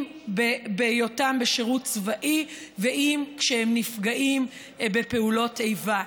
אם בהיותם בשירות צבאי ואם כשהם נפגעים בפעולות איבה.